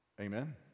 Amen